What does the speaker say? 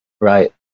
Right